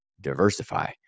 diversify